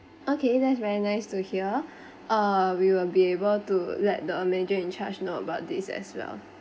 okay that's very nice to hear uh we will be able to let the manager in charge know about this as well